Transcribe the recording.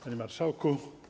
Panie Marszałku!